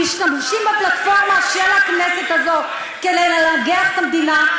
משתמשים בפלטפורמה של הכנסת הזו כדי לנגח את המדינה,